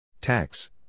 Tax